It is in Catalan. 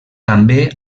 també